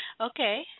Okay